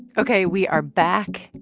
ok. we are back.